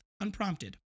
unprompted